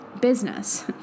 business